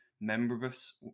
membranous